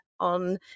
on